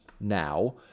now